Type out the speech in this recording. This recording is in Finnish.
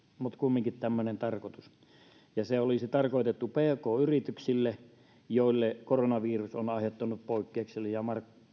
mutta kumminkin tämmöinen on tarkoitus se olisi tarkoitettu pk yrityksille joille koronavirus on aiheuttanut poikkeuksellisia